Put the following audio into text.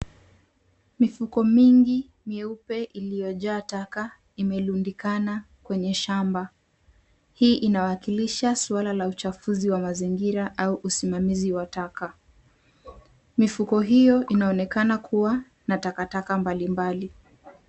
Mifuko mingi myeupe iliyojaa taka, imelundikana kwenye shamba. Hii inawakilisha suala la uchafuzi wa mazingira au usimamizi taka. Mifuko hiyo inaonekana kuwa na takataka mbalimbali.